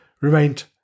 remained